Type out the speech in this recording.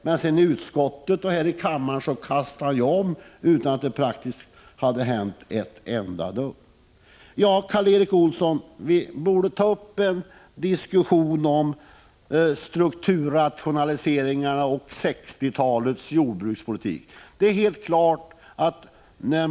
Men i utskottet och här i kammaren kastar han om, utan att det praktiskt hänt ett enda dugg! Ja, Karl Erik Olsson, vi borde ta upp en diskussion om strukturrationaliseringarna och 1960-talets jordbrukspolitik.